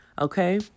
okay